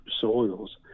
soils